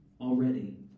already